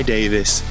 Davis